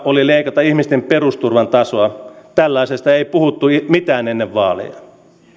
oli leikata ihmisten perusturvan tasoa tällaisesta ei puhuttu mitään ennen vaaleja